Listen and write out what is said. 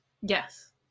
Yes